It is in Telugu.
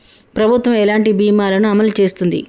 ప్రభుత్వం ఎలాంటి బీమా ల ను అమలు చేస్తుంది?